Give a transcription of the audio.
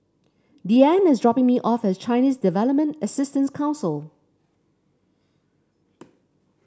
Deeann is dropping me off at Chinese Development Assistance Council